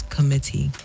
Committee